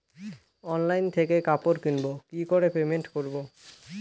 Online থেকে কাপড় কিনবো কি করে পেমেন্ট করবো?